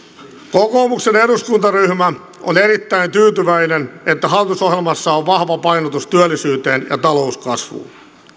kokoomuksen eduskuntaryhmä on erittäin tyytyväinen että hallitusohjelmassa on vahva painotus työllisyyteen ja talouskasvuun